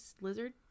lizard